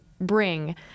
bring